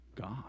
God